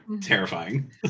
terrifying